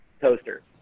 toaster